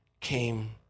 came